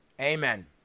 Amen